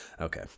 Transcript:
Okay